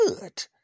good